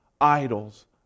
idols